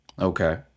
Okay